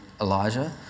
Elijah